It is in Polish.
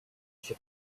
się